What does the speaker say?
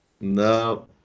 No